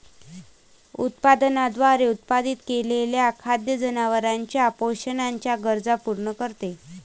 उत्पादनाद्वारे उत्पादित केलेले खाद्य जनावरांच्या पोषणाच्या गरजा पूर्ण करते